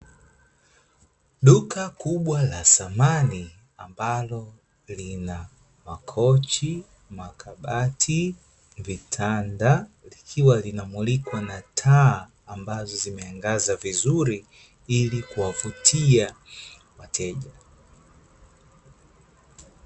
Duka kubwa la thamani ambalo lina makochi, makabati, vitanda vikiwa vinamulikwa na taa ambazo zimeangaza vizuri ilikuwavutia wateja.